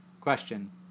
Question